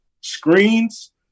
screens